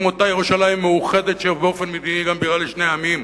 עם אותה ירושלים מאוחדת שבאופן מדיני היא גם בירה לשני עמים,